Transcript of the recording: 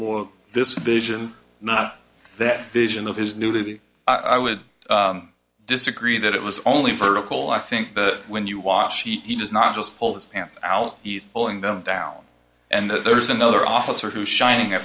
more this vision not that vision of his nudity i would disagree that it was only vertical i think that when you watch he does not just pull his pants out he's pulling them down and there's another officer who shining a